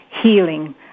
healing